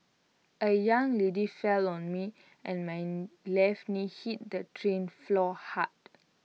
A young lady fell on me and my left knee hit the train floor hard